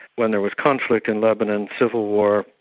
when there was conflict in lebanon, civil war,